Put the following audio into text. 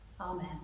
Amen